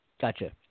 Gotcha